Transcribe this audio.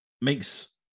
makes